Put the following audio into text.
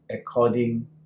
according